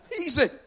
Easy